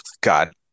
God